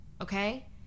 okay